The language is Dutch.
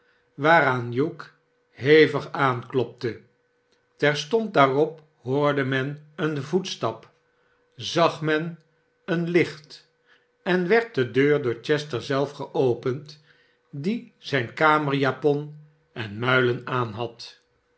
waaraan hugh hevig aanklopte terstond daarop hoorde men een voetstap zag men een hcht en werd de deur door chester zelf geopend die zijn kamerjapon en muilen aan had